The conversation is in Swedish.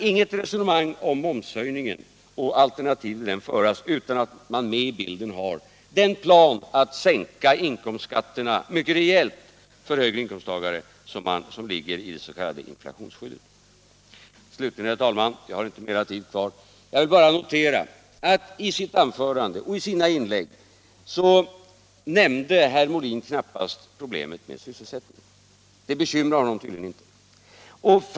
Inget resonemang om momshöjningen och alternativ till den kan föras om man inte tar med i bilden den plan att mycket rejält sänka inkomstskatterna för högre inkomsttagare som ligger i det s.k. inflationsskyddet. Herr talman! Jag vill slutligen, eftersom jag inte har så mycket kvar av min repliktid, bara notera att herr Molin i sina inlägg knappast ens har nämnt problemet med sysselsättningen. Det bekymrar honom tydligen inte.